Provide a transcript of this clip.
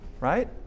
right